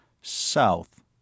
South